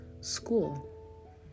school